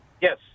Yes